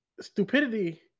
stupidity